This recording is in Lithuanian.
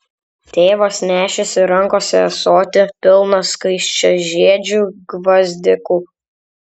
tėvas nešėsi rankose ąsotį pilną skaisčiažiedžių gvazdikų